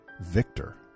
victor